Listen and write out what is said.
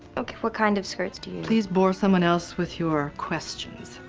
what kind of skirts do you please bore someone else with your questions.